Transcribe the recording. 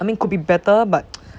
I mean could be better but